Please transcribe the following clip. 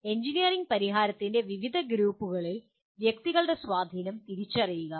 engineering പരിഹാരത്തിന്റെ വിവിധ ഗ്രൂപ്പുകളിൽ വ്യക്തികളുടെ സ്വാധീനം തിരിച്ചറിയുക